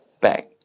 back